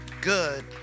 good